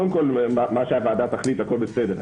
קודם כול, כפי שהוועדה תחליט, הכול בסדר.